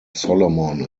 solomon